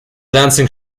dancing